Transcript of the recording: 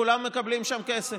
כולם מקבלים שם כסף.